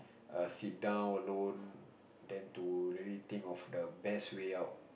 err sit down alone then to really think of the best way out